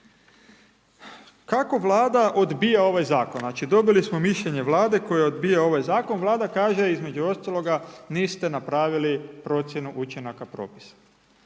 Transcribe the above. Kako Vlada odbija ovaj zakon? Znači dobili smo mišljenje Vlade koja odbija ovaj zakon. Vlada kaže između ostaloga, niste napravili procjenu učinaka propisa.